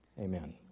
amen